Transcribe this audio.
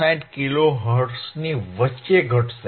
59 kilo હર્ટ્ઝની વચ્ચે ઘટશે